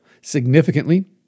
Significantly